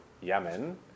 Yemen